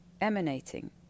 emanating